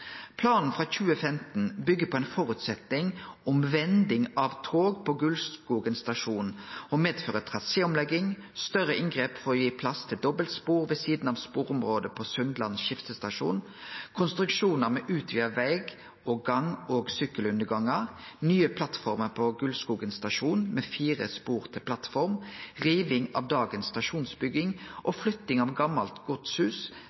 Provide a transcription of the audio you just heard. Planen frå 2015 byggjer på ein føresetnad om vending av tog på Gulskogen stasjon og medfører traséomlegging, større inngrep for å gi plass til dobbeltspor ved sida av sporområdet på Sundland skiftestasjon, konstruksjonar med utvida veg-, gange- og sykkelundergangar, nye plattformar på Gulskogen stasjon med fire spor til plattform, riving av dagens